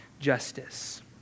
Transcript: Justice